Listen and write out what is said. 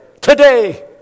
today